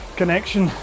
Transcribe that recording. connection